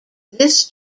this